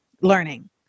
learning